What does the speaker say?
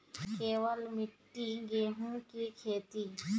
केवल मिट्टी गेहूँ की खेती?